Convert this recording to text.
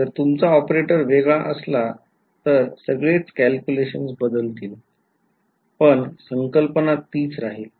जर तुमचा ऑपरेटर वेगळा असला तर सगळेच calculation बदलतील पण संकल्पना तीच राहील